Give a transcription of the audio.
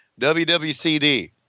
WWCD